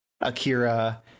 Akira